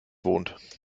wohnt